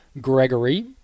Gregory